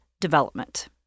development